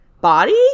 body